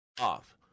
off